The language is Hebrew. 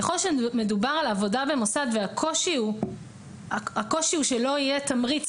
ככל שמדובר על עבודה במוסד והקושי הוא שלא יהיה תמריץ